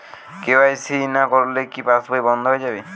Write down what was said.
KYC না করলে কি পাশবই বন্ধ হয়ে যাবে?